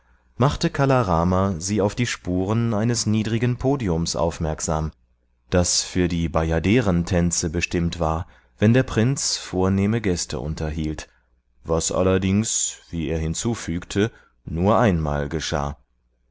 machte kala rama sie auf die spuren eines niedrigen podiums aufmerksam das für die bajaderentänze bestimmt war wenn der prinz vornehme gäste unterhielt was allerdings wie er hinzufügte nur einmal geschah